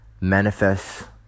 Manifest